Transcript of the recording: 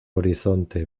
horizonte